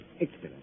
excellent